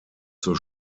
zur